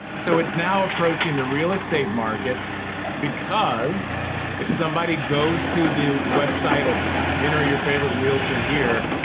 so it's now approaching the real estate market because if somebody goes to the website of enter your favorite realtor here,